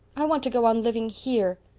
i want to go on living here.